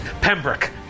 Pembroke